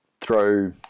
throw